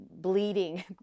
bleeding